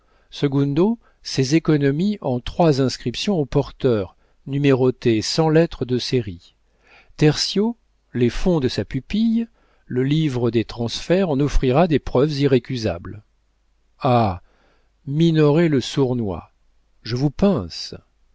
ses économies en trois inscriptions au porteur numérotées sans lettre de série tertio les fonds de sa pupille le livre des transferts en offrira des preuves irrécusables ah minoret le sournois je vous pince